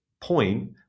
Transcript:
point